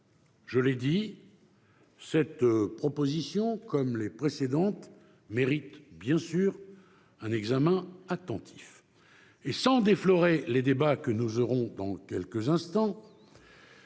Je l'ai dit, cette proposition, comme les précédentes, mérite un examen attentif. Sans déflorer les débats que nous aurons dans quelques instants,